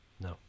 no